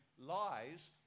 lies